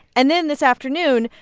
and then, this afternoon,